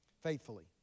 faithfully